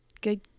good